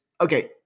okay